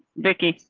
vicky.